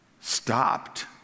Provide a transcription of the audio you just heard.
stopped